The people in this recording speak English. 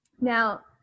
now